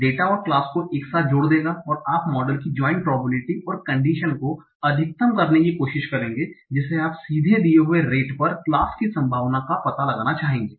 data और class को एक साथ जोड़ देगा और आप मॉडल की जाइंट प्रोबेबिलिटी और कंडिशन को अधिकतम करने की कोशिश करेंगे जिसे आप सीधे दिये हुए रेट पर क्लास की संभावना का पता लगाना चाहेंगे